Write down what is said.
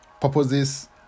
purposes